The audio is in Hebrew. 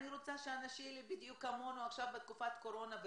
אני רוצה שהאנשים האלה בדיוק כמונו עכשיו בתקופת הקורונה,